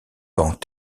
pans